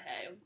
hey